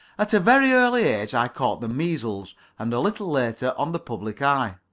at a very early age i caught the measles and a little later on the public eye.